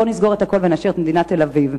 בואו ונסגור את הכול ונשאיר את מדינת תל-אביב.